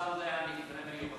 שם זה היה מקרה מיוחד